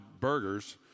burgers